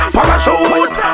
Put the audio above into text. Parachute